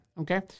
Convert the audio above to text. okay